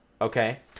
okay